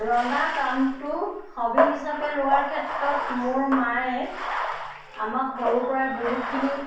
ৰন্ধা কামটো হ'বি হিচাপে লোৱাৰ ক্ষেত্ৰত মোৰ মায়ে আমাক সৰুৰ পৰাই বহুতখিনি